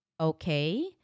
okay